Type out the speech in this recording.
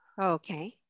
Okay